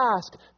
ask